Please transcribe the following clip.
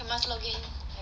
you must log in